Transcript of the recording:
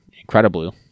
incredibly